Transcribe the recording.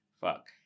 fuck